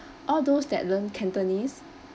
all those that learn cantonese